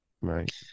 Right